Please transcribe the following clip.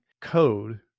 code